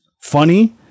funny